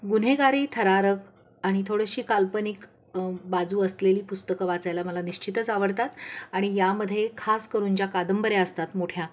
गुन्हेगारी थरारक आणि थोडीशी काल्पनिक बाजू असलेली पुस्तकं वाचायला मला निश्चितच आवडतात आणि यामध्ये खास करून ज्या कादंबऱ्या असतात मोठ्या